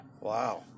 wow